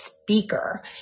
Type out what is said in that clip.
speaker